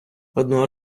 одного